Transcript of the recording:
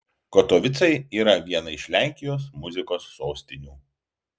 katovicai yra viena iš lenkijos muzikos sostinių